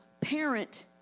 parent